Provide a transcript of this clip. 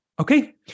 okay